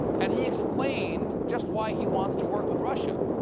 and he explained just why he wants to work with russia.